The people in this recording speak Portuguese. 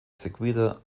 seguida